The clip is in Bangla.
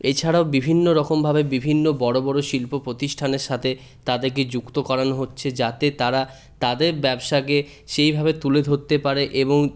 এছাড়াও বিভিন্ন রকমভাবে বিভিন্ন বড়ো বড়ো শিল্প প্রতিষ্ঠানের সাথে তাদেরকে যুক্ত করানো হচ্ছে যাতে তারা তাদের ব্যবসাকে সেইভাবে তুলে ধরতে পারে এবং